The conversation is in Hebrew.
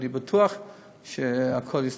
ואני בטוח שהכול יסתדר.